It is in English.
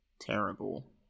terrible